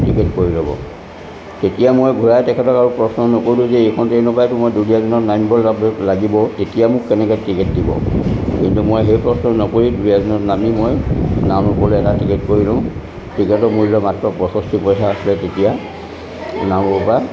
ticket কৰি ল'ব তেতিয়া মই ঘূৰাই তেখেতক আৰু প্ৰশ্ন নকৰিলো যে এইখন ট্ৰেইনৰ পৰাইতো মই ডুলিয়াজানত নামিব লাব লাগিব তেতিয়া মোক কেনেকৈ টিকেট দিব কিন্তু মই সেই প্ৰশ্ন নকৰি ডুলিয়াজানত নামি মই নামৰূপলৈ এটা টিকেট কৰিলোঁ টিকেটৰ মূল্য মাত্ৰ পঁয়ছষ্ঠি পইচা আছিলে তেতিয়া নামৰূপৰ পৰা